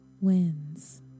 wins